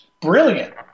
brilliant